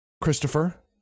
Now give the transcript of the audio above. Christopher